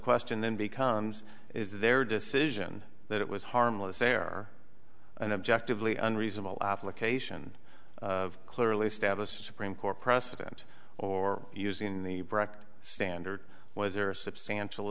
question then becomes is their decision that it was harmless error and objectively unreasonable application of clearly established supreme court precedent or using the breck standard was there a substantial